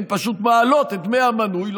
הם פשוט מעלות את דמי המנוי,